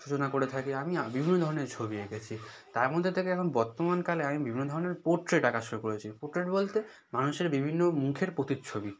সূচনা করে থাকি আমি বিভিন্ন ধরনের ছবি এঁকেছি তার মধ্যে থেকে এখন বর্তমানকালে আমি বিভিন্ন ধরনের পোট্রেট আঁকা শুরু করেছি পোট্রেট বলতে মানুষের বিভিন্ন মুখের প্রতিচ্ছবি